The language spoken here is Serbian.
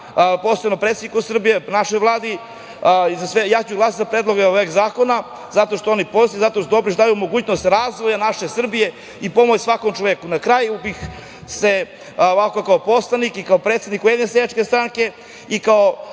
posebno predsedniku Srbije, našoj Vladi. Ja ću glasati za predloge ovih zakona, zato što su oni pozitivni, zato što su dobri, što daju mogućnost razvoja naše Srbije i pomoć svakom čoveku. Na kraju, kao poslanik i kao predsednik Ujedinjene seljačke stranke i kao